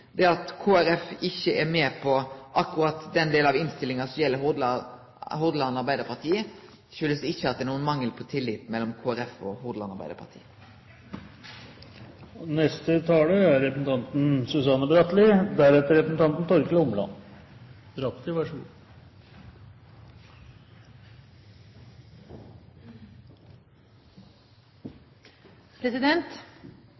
Det at Kristeleg Folkeparti ikkje er med på akkurat den delen av innstillinga som gjeld Hordaland Arbeidarparti, har ikkje si årsak i at det er nokon mangel på tillit mellom Kristeleg Folkeparti og Hordaland Arbeidarparti. Jeg er politiker fordi jeg vil noe, jeg er